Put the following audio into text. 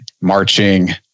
marching